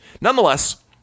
Nonetheless